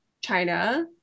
China